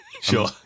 sure